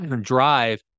Drive